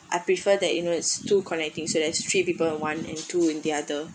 I prefer that you know is two connecting so that's three people in one and two in the other